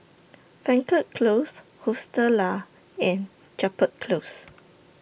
Frankel Close Hostel Lah and Chapel Close